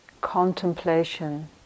contemplation